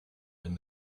and